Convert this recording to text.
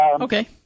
Okay